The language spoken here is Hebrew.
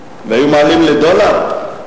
והיו מעלים לדולר?